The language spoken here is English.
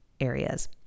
areas